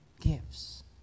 gives